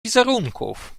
wizerunków